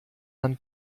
man